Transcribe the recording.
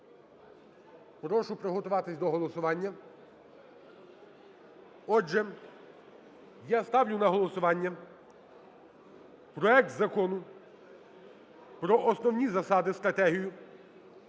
Прошу приготуватись до голосування. Отже, я ставлю на голосування проект Закону про Основні засади (стратегію)